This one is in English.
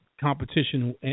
competition